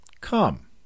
Come